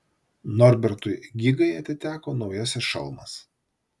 norbertui gigai atiteko naujasis šalmas